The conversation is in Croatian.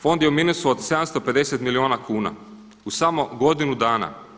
Fond je u minusu od 750 milijuna kuna u samo godinu dana.